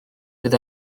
fydd